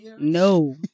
No